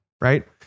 Right